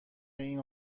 این